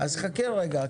אז חכה רגע.